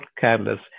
careless